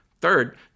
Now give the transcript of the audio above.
Third